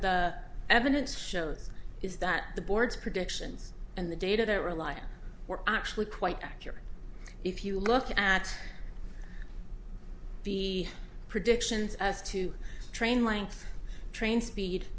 the evidence shows is that the board's predictions and the data that rely on were actually quite accurate if you look at the predictions as to train length train speed